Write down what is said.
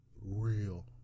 real